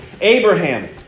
Abraham